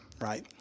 right